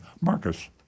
Marcus